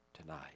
tonight